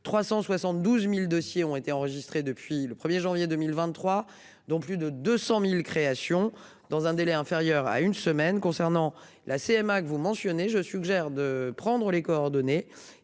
372.000 dossiers ont été enregistrés depuis le 1er janvier 2023, dont plus de 200.000 créations dans un délai inférieur à une semaine concernant la CMA que vous mentionnez. Je suggère de prendre les coordonnées.